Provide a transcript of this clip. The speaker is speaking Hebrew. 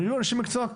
היו אנשי מקצוע.